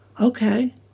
okay